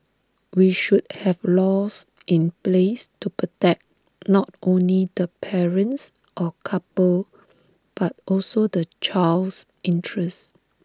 we should have laws in place to protect not only the parents or couple but also the child's interest